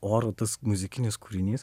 oru tas muzikinis kūrinys